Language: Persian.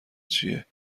چیه